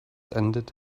ended